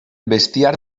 bestiar